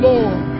Lord